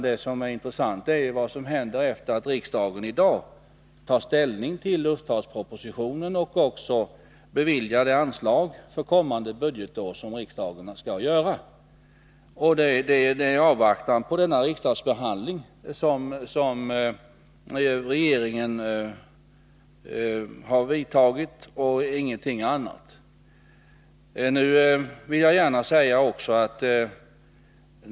Det som är intressant är vad som händer efter det att riksdagen i dag tar ställning till luftfartspropositionen och även beviljar de anslag för kommande budgetår som riksdagen skall göra. Det är i avvaktan på denna riksdagsbehandling som regeringen har vidtagit sina åtgärder och ingenting annat.